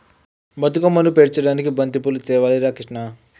బతుకమ్మను పేర్చడానికి బంతిపూలు తేవాలి రా కిష్ణ